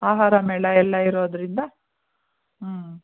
ಆಹಾರ ಮೇಳ ಎಲ್ಲ ಇರೋದರಿಂದ ಹ್ಞೂ